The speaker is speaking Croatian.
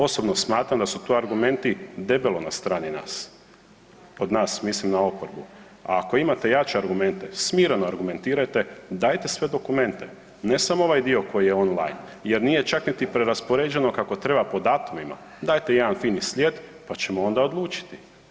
Osobno smatram da su tu argumenti debelo na strani nas od nas mislim na oporbu, a ako imate jače argumente, smireno argumentirajte, dajte sve dokumente ne samo ovaj dio koji je online jer nije čak niti preraspoređeno kako treba po datumima, dajte jedan fini slijed pa ćemo onda odlučiti.